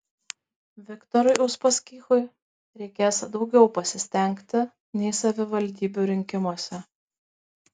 viktorui uspaskichui reikės daugiau pasistengti nei savivaldybių rinkimuose